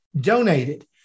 donated